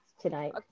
tonight